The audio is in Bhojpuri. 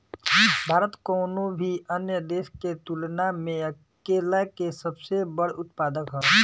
भारत कउनों भी अन्य देश के तुलना में केला के सबसे बड़ उत्पादक ह